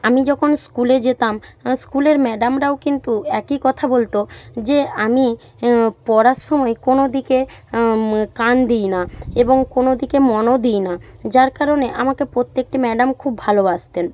আমি যখন স্কুলে যেতাম স্কুলের ম্যাডামরাও কিন্তু একই কথা বলত যে আমি পড়ার সময় কোনো দিকে কান দিই না এবং কোনো দিকে মনও দিই না যার কারণে আমাকে প্রত্যেকটি ম্যাডাম খুব ভালোবাসতেন